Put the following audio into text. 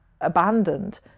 Abandoned